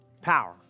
Power